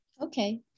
Okay